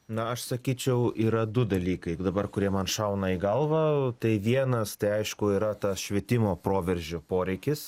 na aš sakyčiau yra du dalykai dabar kurie man šauna į galvą tai vienas tai aišku yra tas švietimo proveržio poreikis